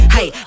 Hey